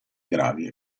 gravi